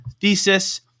thesis